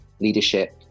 leadership